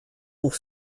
pour